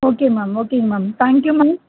okay ma'am ஓகேங்க ma'am thank you ma'am